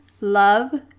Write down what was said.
love